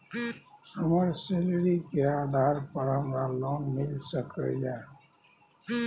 हमर सैलरी के आधार पर हमरा लोन मिल सके ये?